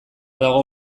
dago